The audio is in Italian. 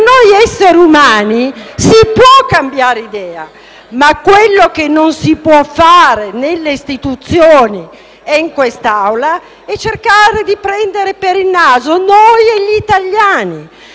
idea. Noi esseri umani possiamo cambiare idea; quello che non si può fare però nelle istituzioni e in quest’Aula, è cercare di prendere per il naso noi e gli italiani.